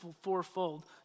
fourfold